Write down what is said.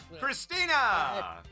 Christina